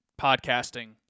podcasting